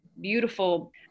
beautiful